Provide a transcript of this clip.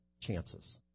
chances